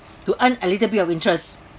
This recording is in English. to earn a little bit of interest